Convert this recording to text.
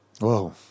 Whoa